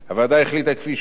כפי שהציעה הממשלה,